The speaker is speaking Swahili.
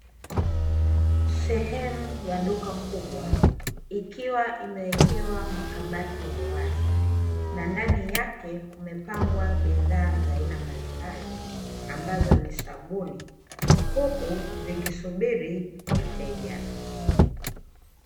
Sehemu ya duka kubwa ikiwa imewekewa makabati ya wazi na ndani yake kumepangwa bidhaa za aina mbalimbali ambazo ni sabuni, huku zikisubiri wateja.